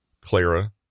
Clara